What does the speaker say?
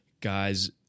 guys